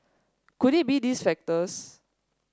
could it be these factors